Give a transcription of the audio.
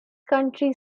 county